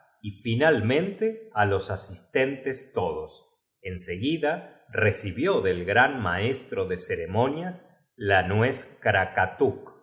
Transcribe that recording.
y finalmente á los asistenguidn empezaron á sonar las trompetas y tes todos en seguida recibió del gran los timbales de una manera estrepitosa maestro de ceremonias la